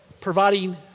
providing